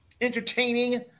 entertaining